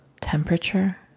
temperature